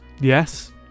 Yes